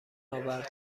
آورد